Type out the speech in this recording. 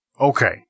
Okay